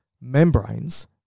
membranes